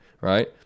right